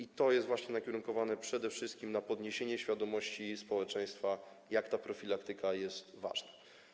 I to jest właśnie nakierowane przede wszystkim na podniesienie świadomości społeczeństwa co do tego, jak ta profilaktyka jest ważna.